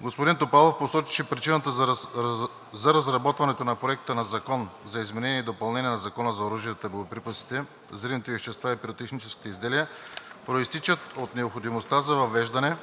Господин Топалов посочи, че причините за разработването на Проекта на закон за изменение и допълнение на Закона за оръжията, боеприпасите, взривните вещества и пиротехническите изделия произтичат от необходимостта за въвеждане